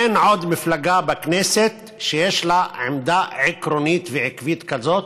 אין עוד מפלגה בכנסת שיש לה עמדה עקרונית ועקבית כזאת,